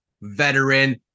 veteran